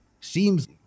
seems